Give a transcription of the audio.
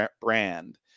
brand